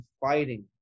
fighting